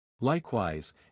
Likewise